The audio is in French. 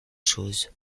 choses